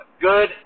good